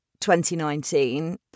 2019